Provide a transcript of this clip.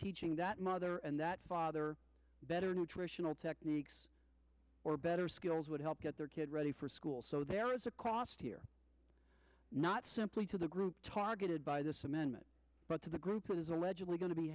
teaching that mother and that father better nutritional techniques or better skills would help get their kid ready for school so there is a cost here not simply to the group targeted by this amendment but to the group that is allegedly going to be